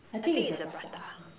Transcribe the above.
I think it's the prata